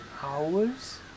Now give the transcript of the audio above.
hours